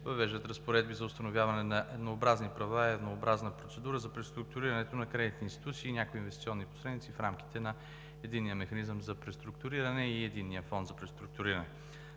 въвеждат разпоредби за установяване на еднообразни правила и еднообразна процедура за преструктурирането на кредитни институции и някои инвестиционни посредници в рамките на Единния механизъм за преструктуриране и Единния фонд за преструктуриране.